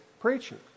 preaching